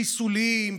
חיסולים,